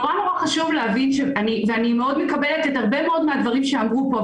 אני מקבלת הרבה מאוד מהדברים שאמרו פה,